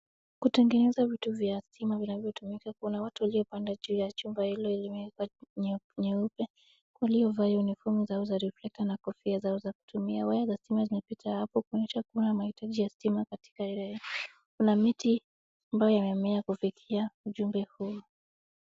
Kutengeneza vitu vya stima vinavyotumika kuna watu waliopanda juu ya chumba hilo limeekwa nyeupe. Kuna waliovaa uniform za uza reflector na kofia zao za kutumia waya za stima zimepita hapo kuonyesha kuna mahitaji ya stima katika eneo hilo. Kuna miti ambayo imemea kufikia ujumbe huu.